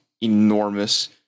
enormous